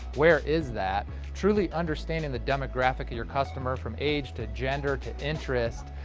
where is that? truly understanding the demographic of your customer, from age to gender to interest,